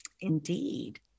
indeed